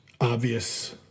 obvious